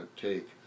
take